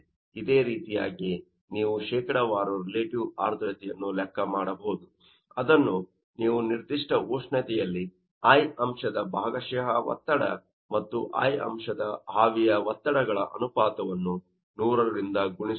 ಇದೇ ರೀತಿಯಾಗಿ ನೀವು ಶೇಕಡವಾರು ರಿಲೇಟಿವ್ ಆರ್ದ್ರತೆಯನ್ನು ಲೆಕ್ಕ ಮಾಡಬಹುದು ಅದನ್ನು ನೀವು ನಿರ್ಧಿಷ್ಟ ಉಷ್ಣತೆಯಲ್ಲಿ i ಅಂಶದ ಭಾಗಶಃ ಒತ್ತಡ ಮತ್ತು i ಅಂಶದ ಆವಿಯ ಒತ್ತಡಗಳ ಅನುಪಾತವನ್ನು 100 ರಿಂದ ಗುಣಿಸುವುದು